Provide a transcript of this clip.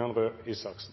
næringsklynge. Det er